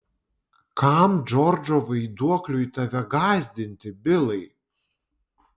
kam džordžo vaiduokliui tave gąsdinti bilai